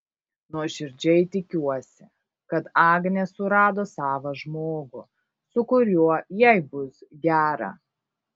nuoširdžiai tikiuosi kad agnė surado savą žmogų su kuriuo jai bus gera